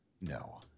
No